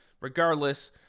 regardless